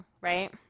right